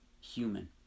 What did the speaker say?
human